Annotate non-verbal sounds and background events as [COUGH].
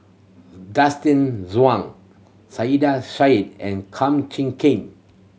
[UNINTELLIGIBLE] Zhuang Saiedah Said and Kum Chee Kin